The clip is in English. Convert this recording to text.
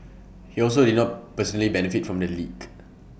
he also did not personally benefit from the leak